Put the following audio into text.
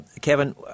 Kevin